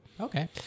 okay